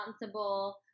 responsible